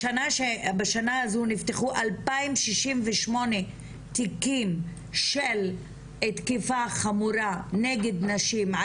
בשנה הזו נפתחו 2,068 תיקים של תקיפה חמורה נגד נשים,